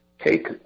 take